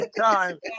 time